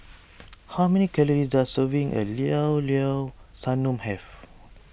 how many calories does a serving of Llao Llao Sanum have